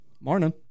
Morning